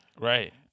Right